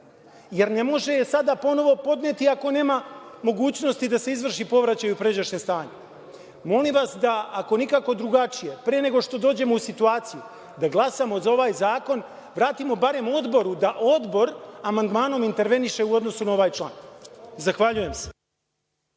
jer ne može je sada ponovo podneti ako nema mogućnosti da se izvrši povraćaj u pređašnje stanje. Molim vas da ako nikako drugačije, pre nego što dođemo u situaciju da glasamo za ovaj zakon, vratimo barem odboru da odbor amandmanom interveniše u odnosu na ovaj član. Hvala.